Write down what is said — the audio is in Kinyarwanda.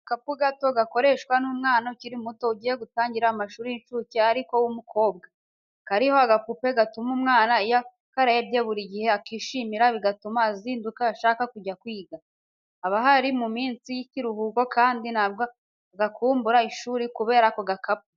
Agakapu gato gakoreshwa n'umwana ukiri muto ugiye gutangira amashuri y'incuke ariko w'umukobwa, kariho agapupe gatuma umwana iyo akarebye buri gihe akishimira bigatuma azinduka ashaka kujya kwiga, haba ari mu minsi y'ikiruhuko kandi nabwo agakumbura ishuri kubera ako gakapu.